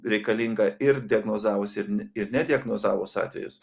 reikalinga ir diagnozavus ir ir nediagnozavus atvejus